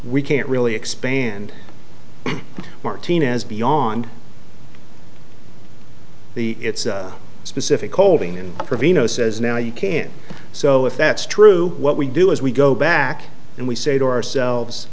we can't really expand martinez beyond the specific holding in privy no says now you can't so if that's true what we do is we go back and we say to ourselves